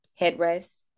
headrest